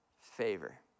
favor